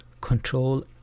control